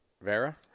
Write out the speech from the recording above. Vera